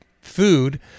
food